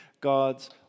God's